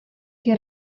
che